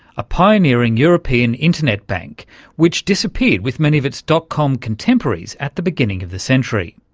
a pioneering european internet bank which disappeared with many of its dot-com contemporaries at the beginning of the century.